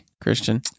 Christian